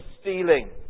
stealing